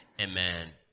amen